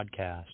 Podcast